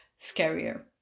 scarier